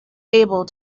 able